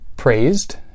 praised